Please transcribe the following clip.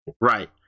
Right